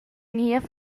niev